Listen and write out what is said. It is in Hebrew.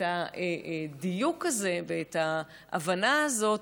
את הדיוק הזה ואת ההבנה הזאת,